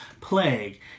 plague